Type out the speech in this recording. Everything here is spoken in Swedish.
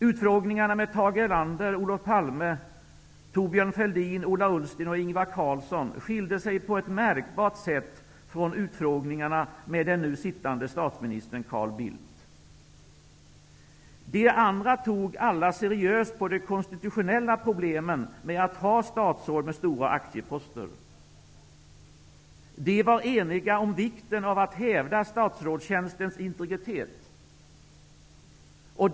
Utfrågningarna med Tage Erlander, Ingvar Carlsson skilde sig på ett märkbart sätt från utfrågningarna med den nu sittande statsministern Carl Bildt. De andra såg alla seriöst på de konstitutionella problemen med att ha statsråd med stora aktieposter. De var eniga om vikten av att hävda statsrådstjänstens integritet.